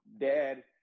dad